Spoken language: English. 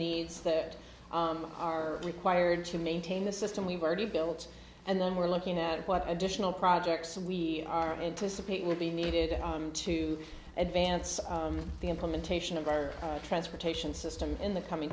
needs that are required to maintain the system we've already built and then we're looking at what additional projects we are anticipating will be needed to advance the implementation of our transportation system in the coming